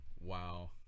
wow